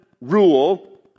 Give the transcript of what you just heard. rule